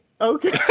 Okay